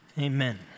Amen